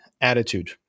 attitude